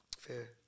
Fair